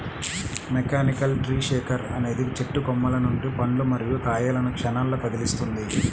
mechanical tree shaker అనేది చెట్టు కొమ్మల నుండి పండ్లు మరియు కాయలను క్షణాల్లో కదిలిస్తుంది